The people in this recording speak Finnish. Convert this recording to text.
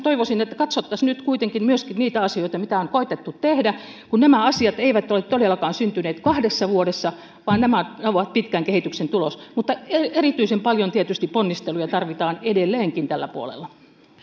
toivoisin että katsottaisiin nyt kuitenkin myöskin niitä asioita mitä on koetettu tehdä nämä asiat eivät ole todellakaan syntyneet kahdessa vuodessa vaan nämä ovat pitkän kehityksen tulos mutta erityisen paljon tietysti ponnisteluja tarvitaan edelleenkin tällä puolella